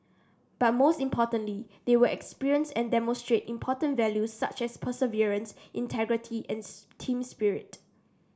but most importantly they will experience and demonstrate important values such as perseverance integrity and team spirit